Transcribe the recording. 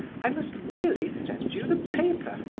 i must really send you the paper.